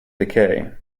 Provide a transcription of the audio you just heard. decay